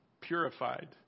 Purified